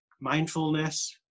mindfulness